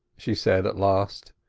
she said at last.